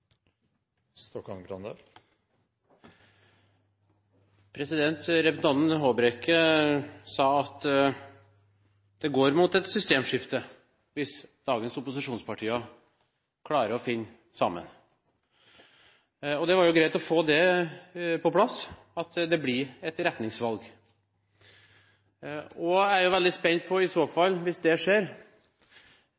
Det er poenget. Representanten Håbrekke sa at det går mot et systemskifte, hvis dagens opposisjonspartier klarer å finne sammen. Det var greit å få det på plass, at det blir et retningsvalg. Hvis det skjer, er jeg veldig spent på hva det i